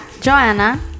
joanna